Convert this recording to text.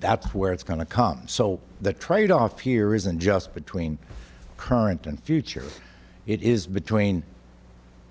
that's where it's going to come so the tradeoff here isn't just between current and future it is between